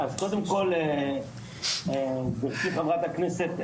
חברת הכנסת,